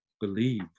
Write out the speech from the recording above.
believe